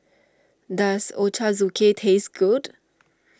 does Ochazuke taste good